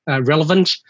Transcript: relevant